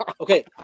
Okay